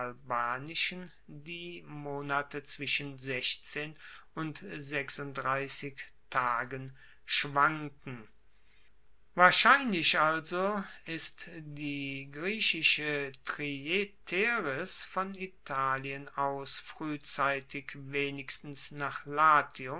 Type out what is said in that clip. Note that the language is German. albanischen die monate zwischen und tagen schwanken wahrscheinlich also ist die griechische trieteris von unteritalien aus fruehzeitig wenigstens nach latium